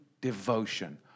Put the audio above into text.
devotion